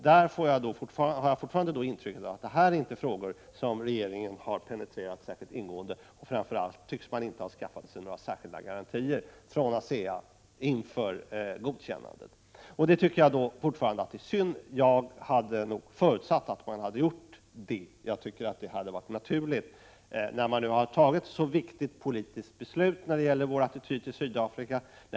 Där har jag fortfarande intrycket att detta inte är frågor som regeringen har penetrerat särskilt ingående. Framför allt tycks maninte ha skaffat sig några särskilda garantier från ASEA inför godkännandet. Det tycker jag fortfarande är synd. Jag förutsatte att man hade gjort det. Jag tycker att det hade varit naturligt, eftersom man har tagit ett så viktigt politiskt beslut när det gäller vår attityd till Sydafrika.